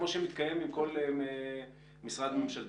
כמו שמתקיים עם כל משרד ממשלתי.